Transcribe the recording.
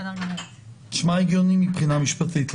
נשמע הגיוני מבחינה משפטית.